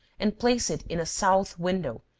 and place it in a south window,